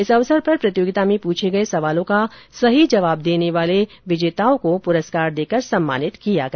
इस अवसर पर प्रतियोगिता में पूछे गए सवालों का सही जवाब देने वाले सफल विजेताओं को पुरस्कार देकर सम्मानित भी किया गया